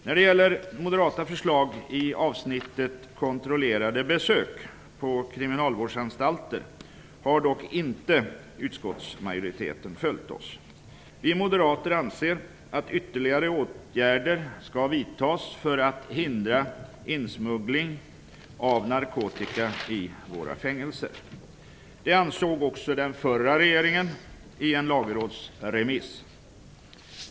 När det gäller moderata förslag i avsnittet kontrollerade besök på kriminalvårdsanstalter har utskottsmajoriteten dock inte följt oss. Vi moderater anser att ytterligare åtgärder bör vidtas för att hindra insmuggling av narkotika i våra fängelser. Det ansåg även den förra regeringen i en lagrådsremiss.